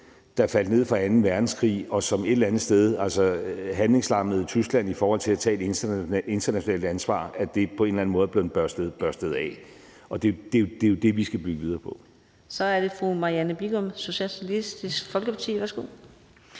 der faldt ned fra anden verdenskrig, og som et eller andet sted altså handlingslammede Tyskland i forhold til at tage et internationalt ansvar, på en eller anden måde er blevet børstet af. Og det er jo det, vi skal bygge videre på. Kl. 17:58 Fjerde næstformand (Karina Adsbøl): Så er det fru Marianne Bigum, Socialistisk Folkeparti. Værsgo.